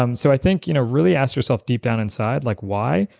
um so i think, you know really ask yourself deep down inside like, why?